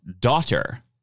daughter